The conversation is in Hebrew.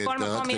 בכל מקום יש.